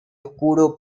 oscuro